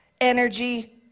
energy